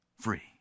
free